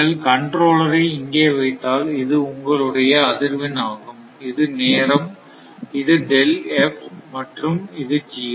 நீங்கள் கண்ட்ரோலர் ஐ இங்கே வைத்தால் இது உங்களுடைய அதிர்வெண் ஆகும் இது நேரம் இது மற்றும் இது 0